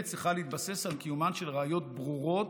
צריכה להתבסס על קיומן של ראיות ברורות,